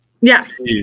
Yes